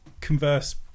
converse